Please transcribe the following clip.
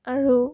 আৰু